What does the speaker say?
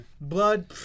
Blood